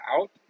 out